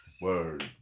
Word